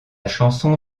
chanson